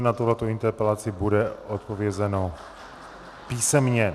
Na tuto interpelaci bude odpovězeno písemně.